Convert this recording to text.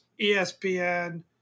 ESPN